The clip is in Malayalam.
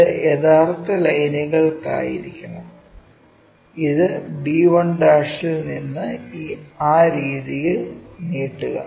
ഇത് യഥാർത്ഥ ലൈനുകൾയായിരിക്കണം അത് b1 ൽ നിന്ന് ആ രീതിയിൽ നീട്ടുക